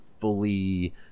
fully